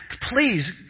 please